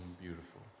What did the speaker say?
beautiful